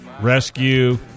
rescue